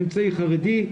אמצעי חרדי,